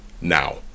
now